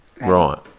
Right